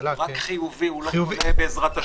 --- הוא רק חיובי, הוא לא חולה בעזרת השם.